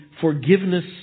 forgiveness